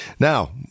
Now